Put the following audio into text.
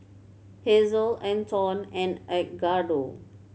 Hazelle Anton and Edgardo